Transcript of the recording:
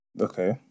Okay